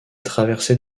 traversée